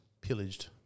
pillaged